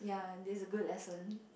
ya this a good lesson